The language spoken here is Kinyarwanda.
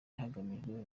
hagamijwe